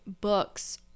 books